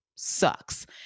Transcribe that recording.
sucks